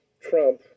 Trump